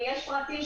חדשים,